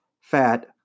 fat